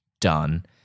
done